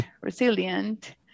resilient